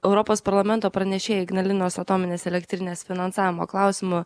europos parlamento pranešėja ignalinos atominės elektrinės finansavimo klausimu